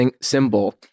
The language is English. symbol